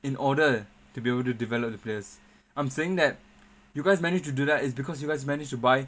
in order to be able to develop the players I'm saying that you guys managed to do that is because you guys managed to buy